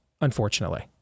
unfortunately